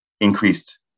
increased